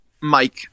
mike